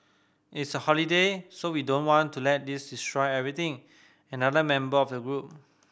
it's a holiday so we don't want to let this destroy everything another member of the group